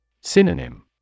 Synonym